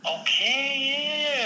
Okay